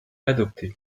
adopté